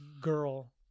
girl